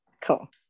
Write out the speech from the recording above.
cool